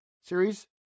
series